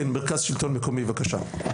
כן מרכז שלטון מקומי בבקשה.